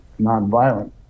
nonviolent